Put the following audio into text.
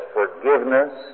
forgiveness